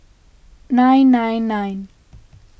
nine nine nine